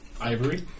ivory